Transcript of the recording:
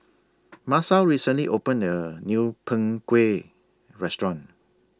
Masao recently opened A New Png Kueh Restaurant